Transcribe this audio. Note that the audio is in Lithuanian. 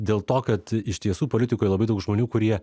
dėl to kad iš tiesų politikoj labai daug žmonių kurie